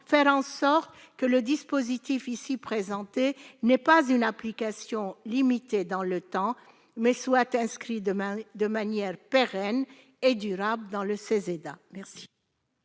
faire en sorte que le dispositif ici présenté n'ait pas une application limitée dans le temps, mais soit inscrit de manière pérenne et durable dans le Ceseda.